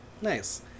nice